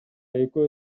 экөө